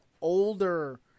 older